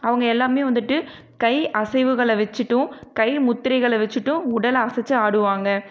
அவங்க எல்லாமே வந்துட்டு கை அசைவுகள வச்சிட்டும் கை முத்திரைகளை வச்சிட்டும் உடலை அசைத்து ஆடுவாங்க